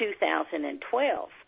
2012